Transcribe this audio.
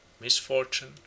misfortune